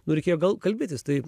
nu reikėjo gal kalbėtis tai